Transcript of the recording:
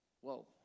Whoa